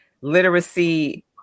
literacy